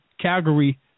Calgary